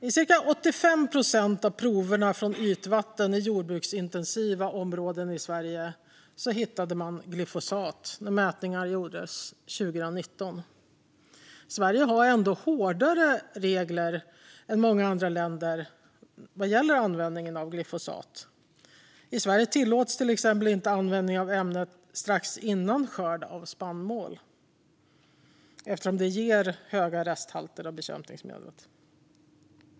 I cirka 85 procent av proverna från ytvatten i jordbruksintensiva områden i Sverige hittade man glyfosat när mätningar gjordes 2019. Sverige har ändå hårdare regler än många andra länder vad gäller användningen av glyfosat. I Sverige tillåts till exempel inte användning av ämnet strax före skörd av spannmål, eftersom det ger höga resthalter av bekämpningsmedlet.